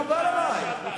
זה מקובל עלי.